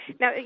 now